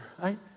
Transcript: right